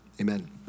Amen